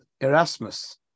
Erasmus